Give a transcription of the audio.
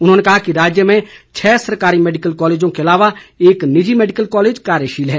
उन्होंने कहा कि राज्य में छः सरकारी मैडिकल कॉलेजों के अलावा एक निजी मैडिकल कॉलेज कार्यशील है